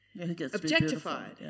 Objectified